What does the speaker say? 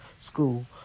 school